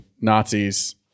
Nazis